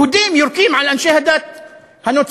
יהודים יורקים על אנשי הדת הנוצרים.